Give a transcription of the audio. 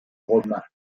romain